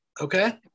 Okay